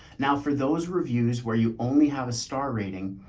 now for those reviews where you only have a star rating,